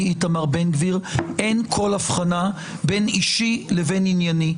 איתמר בן גביר אין כל הבחנה בין אישי לבין ענייני.